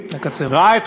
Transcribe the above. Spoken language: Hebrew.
תודה,